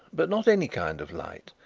but not any kind of light.